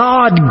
God